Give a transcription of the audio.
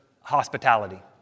hospitality